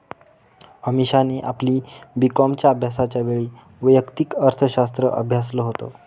अमीषाने आपली बी कॉमच्या अभ्यासाच्या वेळी वैयक्तिक अर्थशास्त्र अभ्यासाल होत